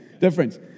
Difference